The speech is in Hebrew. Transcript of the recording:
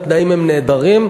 התנאים הם נהדרים,